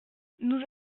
nous